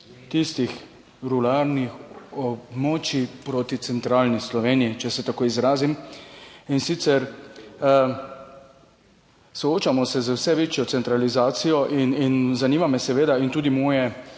tistih ruralnih območij proti centralni Sloveniji, če se tako izrazim. Soočamo se z vse večjo centralizacijo in zanima me in seveda tudi moje